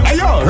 Ayo